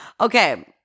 Okay